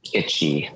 itchy